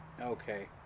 Okay